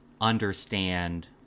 understand